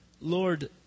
Lord